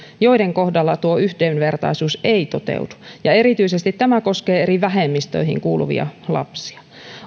joiden kohdalla tuo yhdenvertaisuus ei toteudu ja erityisesti tämä koskee eri vähemmistöihin kuuluvia lapsia